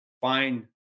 find